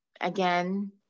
again